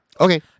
Okay